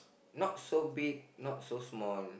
not so big no so small